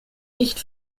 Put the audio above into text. nicht